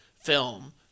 film